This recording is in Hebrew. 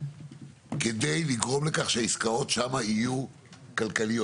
כדי לגרום לכך שהעסקאות שם יהיו כלכליות.